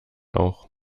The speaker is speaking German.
auch